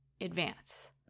advance